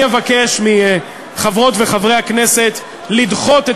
אני אבקש מחברות וחברי הכנסת לדחות את